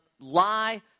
lie